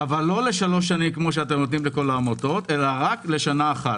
אבל לא לשלוש שנים כפי שאתם נותנים לכל העמותות אלא רק לשנה אחת,